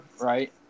Right